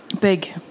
big